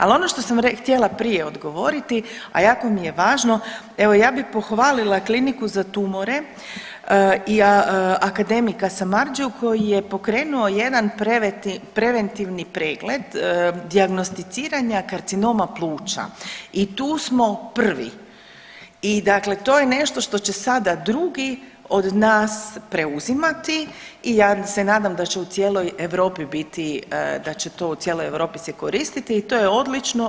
Ali ono što sam htjela prije odgovoriti, a jako mi je važno, evo ja bih pohvalila Kliniku za tumore i akademika Samardžiju koji je pokrenuo jedan preventivni pregled dijagnosticiranja karcinoma pluća i tu smo prvi i dakle to je nešto što će sada drugi od nas preuzimati i ja se nadam da će u cijeloj Europi biti, da će se u cijeloj Europi koristiti i to je odlično.